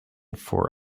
for